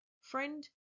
friend